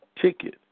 ticket